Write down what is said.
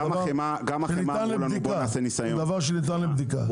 זה דבר שניתן לבדיקה.